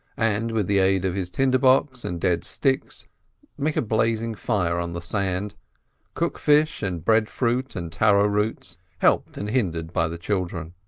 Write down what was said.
and with the aid of his tinder box and dead sticks make a blazing fire on the sand cook fish and breadfruit and taro roots, helped and hindered by the children.